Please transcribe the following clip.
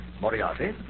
Moriarty